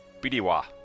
bidiwa